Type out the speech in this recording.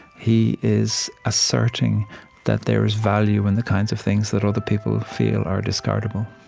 he is asserting that there is value in the kinds of things that other people feel are discardable